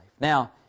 Now